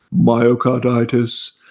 myocarditis